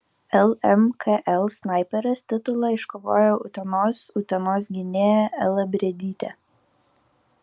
lmkl snaiperės titulą iškovojo utenos utenos gynėja ela briedytė